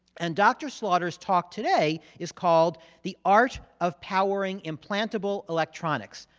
and dr. slaughter's talk today is called the art of powering implantable electronics.